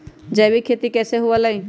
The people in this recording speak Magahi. जैविक खेती कैसे हुआ लाई?